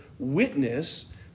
witness